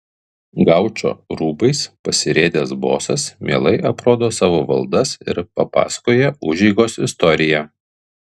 gaučo rūbais pasirėdęs bosas mielai aprodo savo valdas ir papasakoja užeigos istoriją